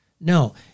no